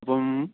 അപ്പം